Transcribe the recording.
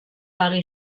pague